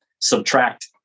subtract